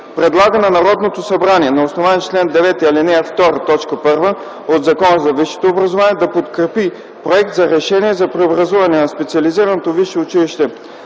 Предлага на Народното събрание на основание чл. 9, ал. 2, т. 1 от Закона за висшето образование да подкрепи Проект за решение за преобразуване на Специализираното висше училище